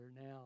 now